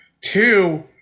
Two